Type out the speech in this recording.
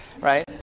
right